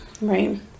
Right